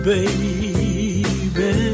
Baby